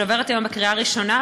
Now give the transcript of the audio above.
שעוברת היום בקריאה ראשונה,